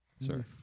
sir